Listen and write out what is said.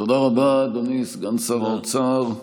תודה רבה, אדוני סגן שר האוצר,